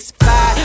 fly